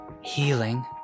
Healing